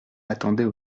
attendait